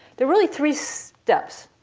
there are really three steps,